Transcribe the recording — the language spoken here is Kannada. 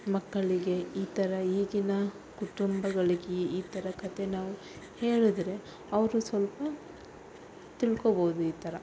ಮಕ್ಕಳಿಗೆ ಈ ಥರ ಈಗಿನ ಕುಟುಂಬಗಳಿಗೆ ಈ ಈ ಥರ ಕಥೆ ನಾವು ಹೇಳಿದ್ರೆ ಅವರು ಸ್ವಲ್ಪ ತಿಳ್ಕೋಬೋದು ಈ ಥರ